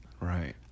Right